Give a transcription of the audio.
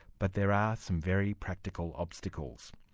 but there are some very practical obstacles.